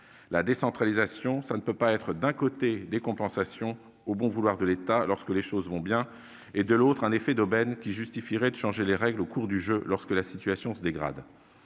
La décentralisation, cela ne peut pas être, d'un côté, des compensations au bon vouloir de l'État lorsque les choses vont bien et, de l'autre, un « effet d'aubaine » qui justifierait de changer les règles en cours de jeu lorsque la situation se dégrade.